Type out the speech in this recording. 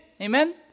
Amen